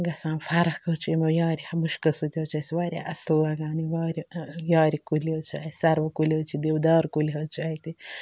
گژھان فرق حظ چھِ یِمو یارِ مُشکہٕ سۭتۍ حظ چھِ اَسہِ واریاہ اَصٕل لَگان یہِ وارِ یارِ کُلۍ حظ چھِ اَسہِ سَروٕ کُلۍ حظ چھِ دِودار کُلۍ حظ چھِ اَتہِ